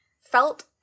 felt